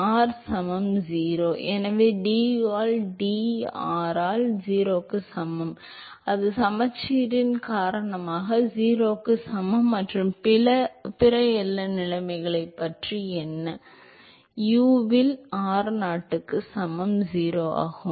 R சமம் 0 எனவே du ஆல் dr ஆல் 0 க்கு சமம் அது சமச்சீரின் காரணமாக 0 க்கு சமம் மற்றும் பிற எல்லை நிலைமைகளைப் பற்றி என்ன u இல் r0 க்கு சமம் 0 ஆகும்